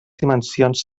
dimensions